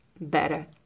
better